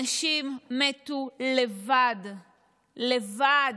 אנשים מתו לבד, לבד,